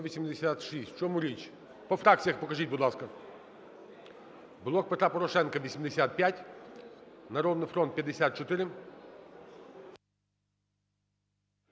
В чому річ? По фракціях покажіть, будь ласка. "Блок Петра Порошенка" – 85, "Народний фронт" –